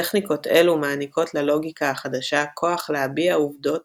טכניקות אלו מעניקות ללוגיקה החדשה כוח להביע עובדות